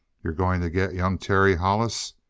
you're going to get young terry hollis?